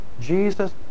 Jesus